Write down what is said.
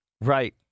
Right